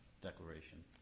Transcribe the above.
declaration